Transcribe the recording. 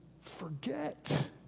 forget